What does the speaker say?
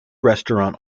restaurant